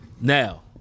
Now